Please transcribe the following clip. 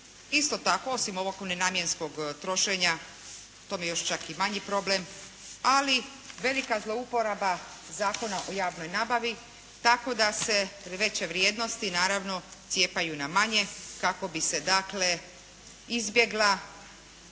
isto tako osim ovog nenamjenskog trošenja, to mi je još čak i manji problem ali velika zlouporaba Zakona o javnoj nabavi tako da se veće vrijednosti cijepaju na manje kako bi se dakle izbjegla